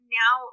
now